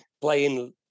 playing